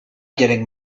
getting